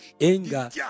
anger